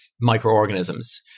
microorganisms